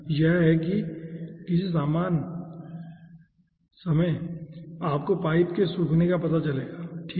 यह है कि किसी समय आपको पाइप के सूखने का पता चलेगा ठीक है